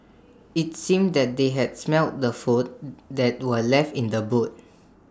IT seemed that they had smelt the food that were left in the boot